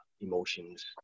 emotions